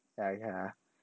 can lah can lah